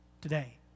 today